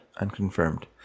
Unconfirmed